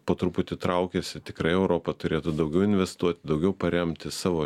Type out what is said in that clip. po truputį traukiasi tikrai europa turėtų daugiau investuoti daugiau paremti savo